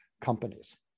companies